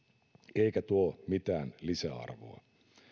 eikä tuo mitään lisäarvoa